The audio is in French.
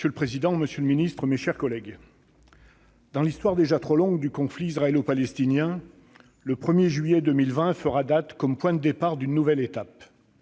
Monsieur le président, monsieur le ministre, mes chers collègues, dans l'histoire déjà trop longue du conflit israélo-palestinien, le 1 juillet 2020 fera date comme point de départ d'une nouvelle étape.